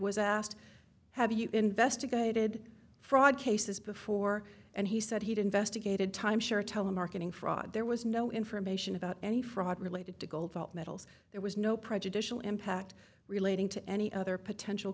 was asked have you investigated fraud cases before and he said he didn't vest a gaited time sure telemarketing fraud there was no information about any fraud related to gold vault metals there was no prejudicial impact relating to any other potential